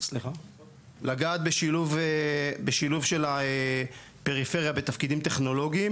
לגעת בשילוב של הפריפריה בתפקידים טכנולוגיים.